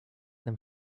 them